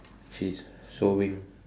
she's sowing